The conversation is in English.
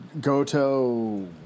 Goto